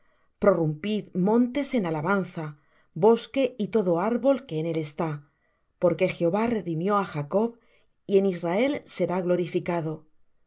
prorrumpid montes en alabanza bosque y todo árbol que en él está porque jehová redimió á jacob y en israel será glorificado